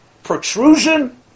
protrusion